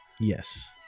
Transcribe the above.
yes